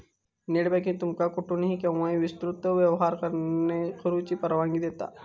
net banking तुमका कुठसूनही, केव्हाही विस्तृत व्यवहार करुची परवानगी देता